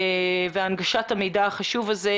והנגשת המידע החשוב הזה.